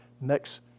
next